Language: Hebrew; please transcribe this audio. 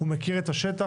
הוא מכיר את השטח,